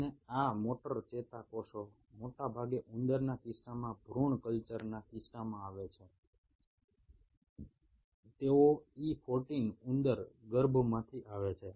અને આ મોટર ચેતાકોષો મોટાભાગે ઉંદરના કિસ્સામાં ભૃણ કલ્ચરના કિસ્સામાં આવે છે તેઓ E14 ઉંદર ગર્ભમાંથી આવે છે